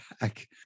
back